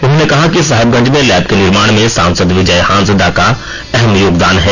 उन्होंने कहा कि साहेबगंज में लैंब के निर्माण में सांसद विजय हांसदा का अहम योगदान है